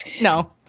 No